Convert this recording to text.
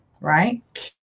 right